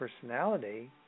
personality